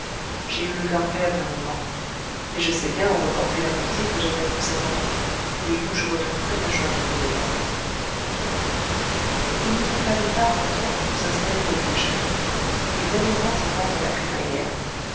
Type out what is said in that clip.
j'ai eu le coeur faible un moment mais je sais bien où reporter l'amitié que j'avais pour cet enfant et où je retrouverai la joie qu'il me donnait il ne nous fallut pas grand temps pour nous installer au vieux château et mêmement y pendre la crémaillère